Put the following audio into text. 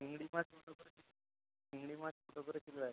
চিংড়ি মাছ কত করে চিংড়ি মাছ কত করে কিলো যাচ্ছে